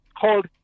called